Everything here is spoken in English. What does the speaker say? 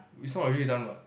we sort of already done what